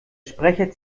sprecher